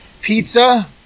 Pizza